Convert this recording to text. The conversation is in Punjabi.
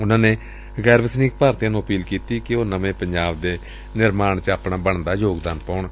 ਉਨੂਾਂ ਨੇ ਗੈਰ ਵਸਨੀਕ ਭਾਰਤੀਆਂ ਨੂੰ ਅਪੀਲ ਕੀਤੀ ਕਿ ਉਹ ਨਵੇਂ ਪੰਜਾਬ ਦੇ ਨਿਰਮਾਣ ਚ ਆਪਣਾ ਯੋਗਦਾਨ ਪਾਉਣ